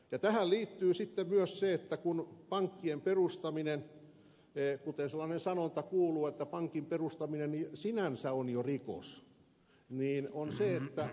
tähän liittyy sitten myös se että pankkien perustaminen kuten sellainen sanonta kuuluu sinänsä on jo rikos